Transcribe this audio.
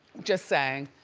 just sayin',